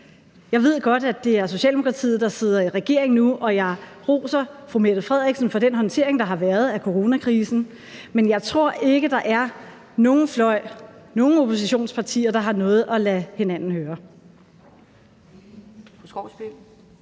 Jeg ved godt, at det er Socialdemokratiet, der sidder i regering nu, og jeg roser fru Mette Frederiksen for den håndtering, der har været af coronakrisen, men jeg tror ikke, der er nogen fløje, nogen oppositionspartier, der har noget at lade hinanden høre.